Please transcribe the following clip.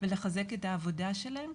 ולחזק את העבודה שלהם.